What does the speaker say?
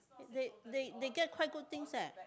they they they get quite good things eh